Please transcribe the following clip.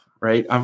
Right